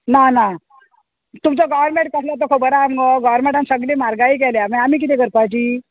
ना ना तुमचो गोवोर्मेंट कसलो तो खबर आहा मुगो गव्हर्मेंटान सगळी म्हारगाय केल्या मागीर आमी किदें करपाची